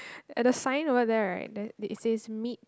at the sign over there right there did it says meat